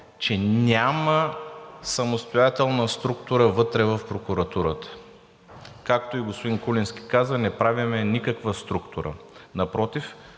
че няма самостоятелна структура вътре в прокуратурата. Както и господин Куленски каза, не правим никаква структура, напротив